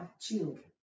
children